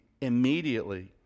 immediately